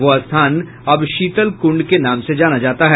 वह स्थान अब शीतल कुंड के नाम से जाना जाता है